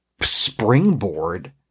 springboard